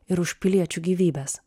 ir už piliečių gyvybes